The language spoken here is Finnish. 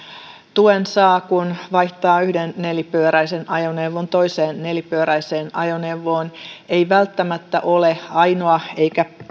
tuen saa kun vaihtaa yhden nelipyöräisen ajoneuvon toiseen nelipyöräiseen ajoneuvoon ei välttämättä ole ainoa eikä